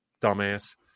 dumbass